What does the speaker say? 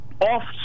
off